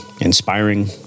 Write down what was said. inspiring